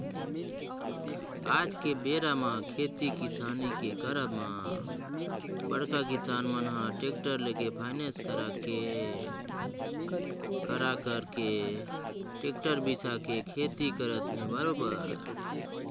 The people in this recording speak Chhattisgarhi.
आज के बेरा म खेती किसानी के करब म बड़का किसान मन ह टेक्टर लेके फायनेंस करा करा के टेक्टर बिसा के खेती करत अहे बरोबर